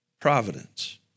providence